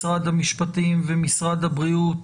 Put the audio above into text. משרד המשפטים ומשרד הבריאות